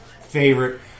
favorite